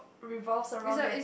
revolves around that